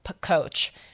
coach